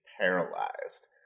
paralyzed